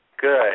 Good